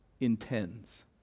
intends